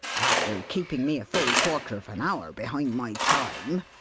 after keeping me a full quarter of an hour behind my time.